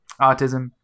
autism